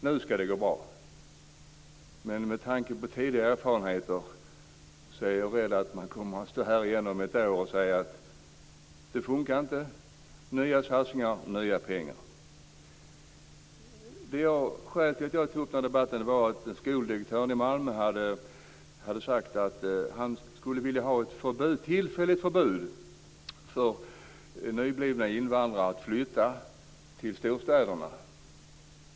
Nu ska det gå bra. Tidigare erfarenheter säger oss dock att man kommer att stå här om ett år igen och säga: Det här funkar inte - det behövs nya satsningar och nya pengar. Skälet till att jag tog upp den här debatten var att skoldirektören i Malmö har sagt att han skulle vilja ha ett tillfälligt förbud för nyblivna invandrare att flytta till storstäderna.